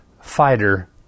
fighter